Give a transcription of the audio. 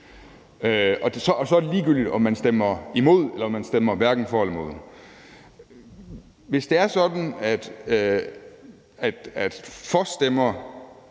Så er det ligegyldigt, om man stemmer imod eller stemmer hverken for eller imod. Hvis det er sådan, at stemmer